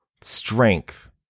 strength